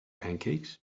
pancakes